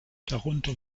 darunter